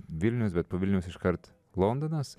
vilnius be to vilniaus iškart londonas